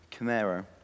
Camaro